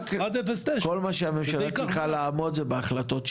עד 0-9. רק כל מה שהממשלה צריכה לעמוד זה בהחלטות שלה.